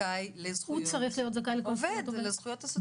זכאי לזכויות עובד --- הוא צריך להיות זכאי לכל זכויות עובד.